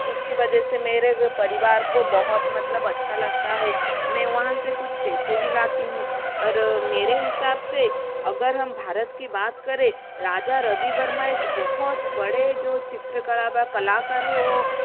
जिसकी वजह से मेरे परिवार को बहुत मतलब अच्छा लगता है मैं वहाँ से कुछ पैसे भी लाती हूँ अगर मेरे हिसाब से अगर हम भारत की बात करें राजा रवि वर्मा एक बहुत बड़े जो चित्रकला कलाकार है वह